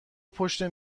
پشت